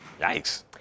Yikes